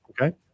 Okay